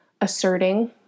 asserting